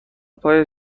پای